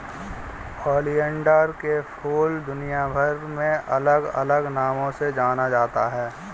oleander के फूल दुनियाभर में अलग अलग नामों से जाना जाता है